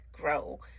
grow